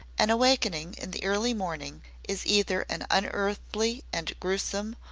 an awakening in the early morning is either an unearthly and grewsome,